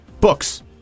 books